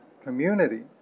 community